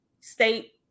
state